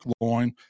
loin